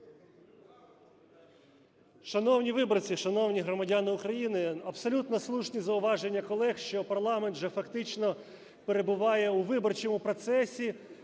Шановні виборці, шановні громадяни України! Абсолютно слушні зауваження колег, що парламент вже фактично перебуває у виборчому процесі,